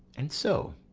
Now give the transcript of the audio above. and so,